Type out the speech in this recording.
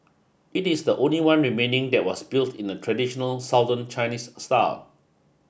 it is the only one remaining that was built in the traditional Southern Chinese style